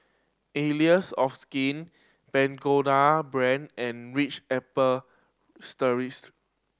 Allies of Skin Pagoda Brand and Ritz Apple